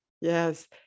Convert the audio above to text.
Yes